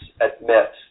admit